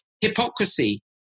hypocrisy